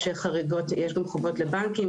יש גם חובות לבנקים,